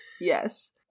Yes